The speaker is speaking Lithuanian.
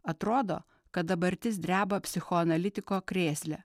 atrodo kad dabartis dreba psichoanalitiko krėsle